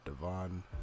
Devon